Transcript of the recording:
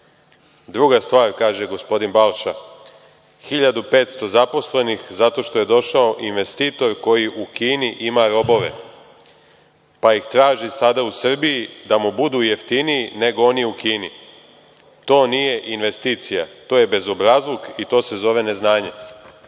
Druga stvar, 1500 zaposlenih zato što je došao investitor koji u Kini ima robove, pa ih traži sada u Srbiji da mu budu jeftiniji nego oni u Kini. To nije investicija, to je bezobrazluk i to se zove neznanje“.Na